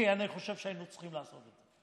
כי אני חושב שהיינו צריכים לעשות את זה,